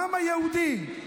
העם היהודי.